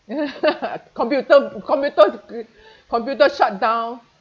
computer computer c~ computer shut down